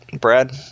Brad